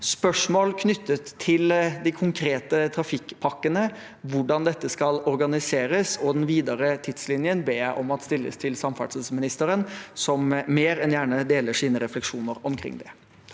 Spørsmål knyttet til de konkrete trafikkpakkene, hvordan dette skal organiseres, og om den videre tidslinjen, ber jeg om at stilles til samferdselsministeren, som mer enn gjerne deler sine refleksjoner omkring det.